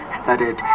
started